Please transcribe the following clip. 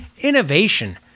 innovation